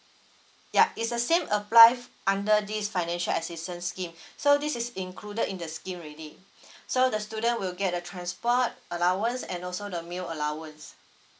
yup it's the same apply under this financial assistance scheme so this is included in the scheme already so the student will get the transport allowance and also the meal allowance